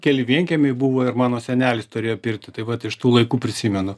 keli vienkiemiai buvo ir mano senelis turėjo pirtį tai vat iš tų laikų prisimenu